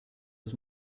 was